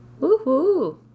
Woohoo